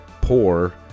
poor